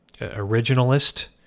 originalist